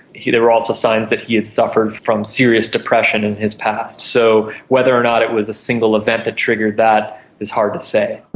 there were also signs that he had suffered from serious depression in his past. so whether or not it was a single event that triggered that is hard to say.